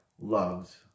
loves